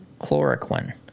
Chloroquine